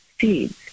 seeds